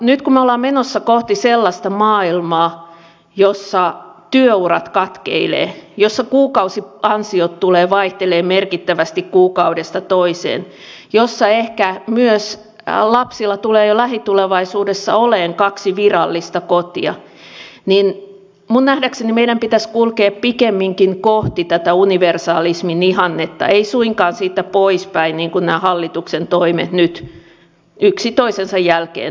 nyt kun me olemme menossa kohti sellaista maailmaa jossa työurat katkeilevat ja jossa kuukausiansiot tulevat vaihtelemaan merkittävästi kuukaudesta toiseen ja jossa ehkä myös lapsilla tulee lähitulevaisuudessa olemaan kaksi virallista kotia niin minun nähdäkseni meidän pitäisi kulkea pikemminkin kohti tätä universalismin ihannetta ei suinkaan siitä poispäin niin kuin nämä hallituksen toimet nyt yksi toisensa jälkeen tuntuvat vievän